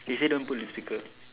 they so don't pull the speaker